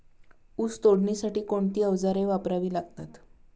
ऊस तोडणीसाठी कोणती अवजारे वापरावी लागतात?